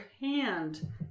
hand